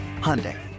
hyundai